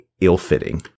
ill-fitting